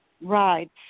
Right